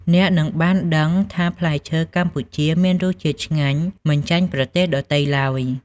អ្នកនឹងបានដឹងថាផ្លែឈើកម្ពុជាមានរសជាតិឆ្ងាញ់មិនចាញ់ប្រទេសដទៃឡើយ។